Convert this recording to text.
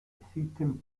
existen